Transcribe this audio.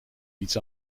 niets